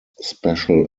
special